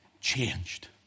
changed